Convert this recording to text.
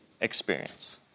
experience